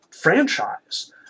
franchise